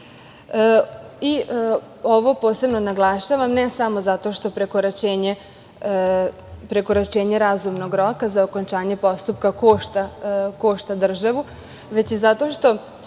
Ovo posebno naglašavam, ne samo zato što prekoračenje razumnog roka za okončanje postupka košta državu, već i zato što